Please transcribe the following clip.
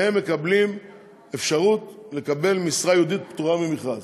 מקבלים אפשרות לקבל משרה ייעודית פטורה ממכרז,